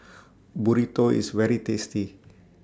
Burrito IS very tasty